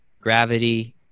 gravity